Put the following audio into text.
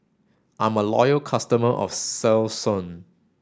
I'm a loyal customer of Selsun